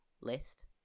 list